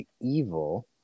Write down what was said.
evil